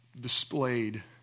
displayed